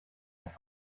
das